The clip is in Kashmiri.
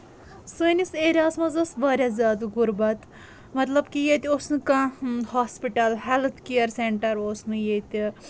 سٲنِس ایریاہَس منٛز ٲس واریاہ زیادٕ غربت مطلب کہِ ییٚتہِ اوس نہٕ کانٛہہ ہوسپِٹل ہیٚلتھ کِیر سیٚنٛٹر اوس نہٕ ییٚتہِ